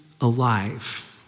alive